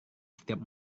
setiap